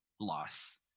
loss